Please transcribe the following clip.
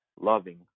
loving